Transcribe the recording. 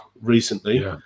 recently